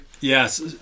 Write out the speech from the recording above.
Yes